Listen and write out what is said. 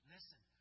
Listen